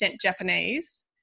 Japanese